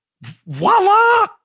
Voila